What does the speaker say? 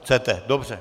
Chcete, dobře.